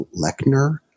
Lechner